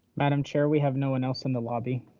madame chair, we have no one else in the lobby.